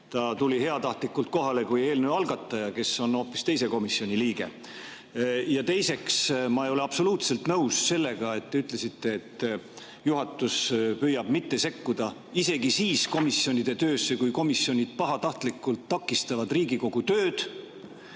Ta tuli heatahtlikult kohale kui eelnõu algataja, kes on hoopis teise komisjoni liige. Ja teiseks, ma ei ole absoluutselt nõus sellega, mis te ütlesite, et juhatus püüab mitte sekkuda komisjonide töösse isegi siis, kui komisjonid pahatahtlikult takistavad Riigikogu tööd,